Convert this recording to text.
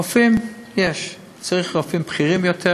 רופאים יש, צריך רופאים בכירים יותר